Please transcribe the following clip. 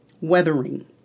Weathering